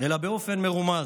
אלא באופן מרומז.